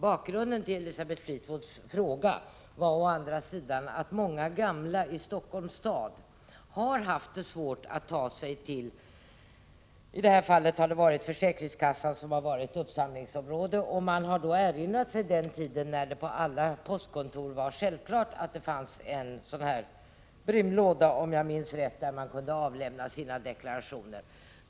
Bakgrunden till Elisabeth Fleetwoods fråga var å andra sidan att många gamla i Stockholms stad har haft det svårt att ta sig till försäkringskassan, som idet här fallet har varit uppsamlingsställe. De har erinrat sig den tid då det var självklart att det på alla postkontor fanns en brun låda, om jag minns rätt, där man kunde avlämna sina deklarationer.